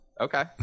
Okay